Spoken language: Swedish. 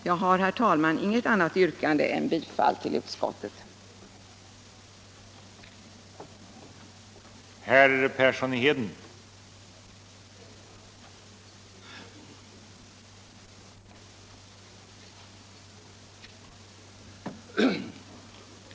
Jag har, herr talman, inget annat yrkande än om bifall till utskottets hemställan.